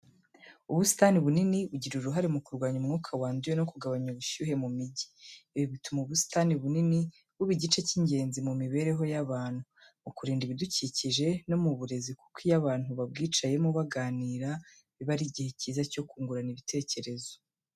Ubusitani bunini bugira uruhare mu kurwanya umwuka wanduye no kugabanya ubushyuhe mu mijyi. Ibi bituma ubusitani bunini buba igice cy'ingenzi mu mibereho y'abantu, mu kurinda ibidukikije no mu burezi kuko iyo abantu babwicayemo baganira, biba ari igihe cyiza cyo kungurana ibitekerezo.